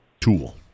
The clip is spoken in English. tool